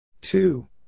Two